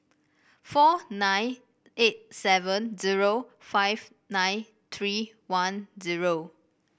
four nine eight seven zero five nine tree one zero